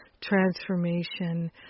transformation